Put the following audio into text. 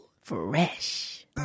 Fresh